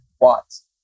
Watts